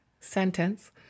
sentence